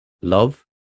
love